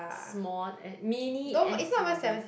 small and mini s_u_v